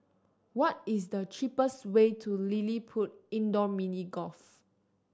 what is the cheapest way to LilliPutt Indoor Mini Golf